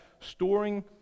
storing